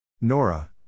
Nora